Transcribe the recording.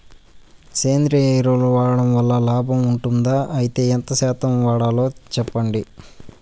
సేంద్రియ ఎరువులు వాడడం వల్ల లాభం ఉంటుందా? అయితే ఎంత శాతం వాడాలో చెప్పండి?